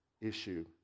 issue